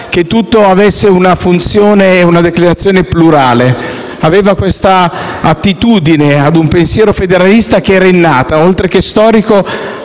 che tutto avesse una funzione e una declinazione plurale; aveva questa attitudine a un pensiero federalista che era innata. Oltre che storico,